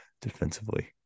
defensively